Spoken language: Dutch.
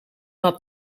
had